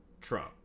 trump